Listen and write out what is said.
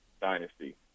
dynasty